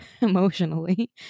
emotionally